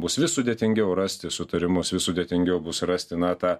bus vis sudėtingiau rasti sutarimus vis sudėtingiau bus rasti na tą